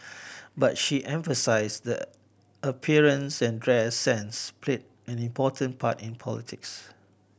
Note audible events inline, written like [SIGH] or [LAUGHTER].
[NOISE] but she emphasised appearances and dress sense played an important part in politics